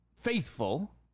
faithful